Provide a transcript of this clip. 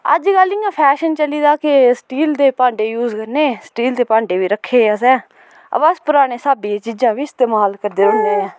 अज्जकल इ'यां फैशन चली गेदा के स्टील दे भांडे यूज करने स्टील दे भांडे बी रक्खे असें अबा अस पराने स्हाबैं चीजां बी इस्तमाल करदे रौह्न्ने आं